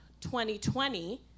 2020